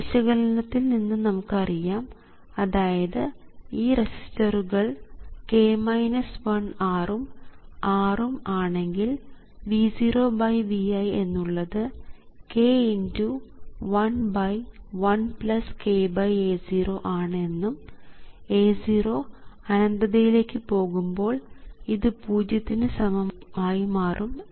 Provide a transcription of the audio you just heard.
വിശകലനത്തിൽ നിന്ന് നമുക്ക് അറിയാം അതായത് ഈ റെസിസ്റ്ററുകൾ R ഉം R ഉം ആണെങ്കിൽ V0Vi എന്നുള്ളത് k11kA0 ആണ് എന്നും A0 അനന്തതയിലേക്ക് പോകുമ്പോൾ ഇത് പൂജ്യത്തിന് സമം ആയി മാറും എന്നും